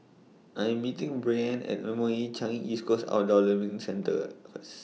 I Am meeting Brianne At M O E Changi East Coast Outdoor Learning Centre First